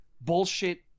bullshit